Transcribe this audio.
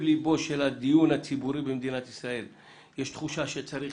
לבו של הדיון הציבורי במדינת ישראל יש תחושה שצריך